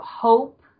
hope